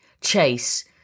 chase